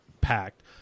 packed